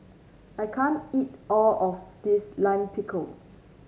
I can't eat all of this Lime Pickle